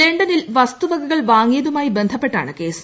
ലണ്ടനിൽ വസ്തുവകകൾ വാങ്ങിയതുമായി ബന്ധപ്പെട്ടാണ് കേസ്